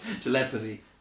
Telepathy